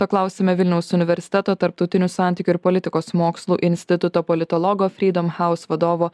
paklausime vilniaus universiteto tarptautinių santykių ir politikos mokslų instituto politologo freedom house vadovo